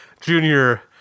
Junior